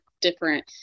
different